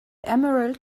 emerald